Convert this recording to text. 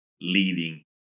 leading